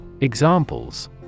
Examples